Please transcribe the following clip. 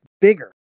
bigger